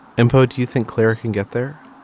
imposed do you think claire can get there?